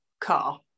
car